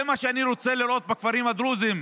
זה מה שאני רוצה לראות בכפרים הדרוזיים,